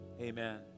Amen